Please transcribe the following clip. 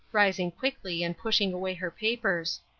rising quickly and pushing away her papers.